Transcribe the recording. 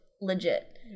legit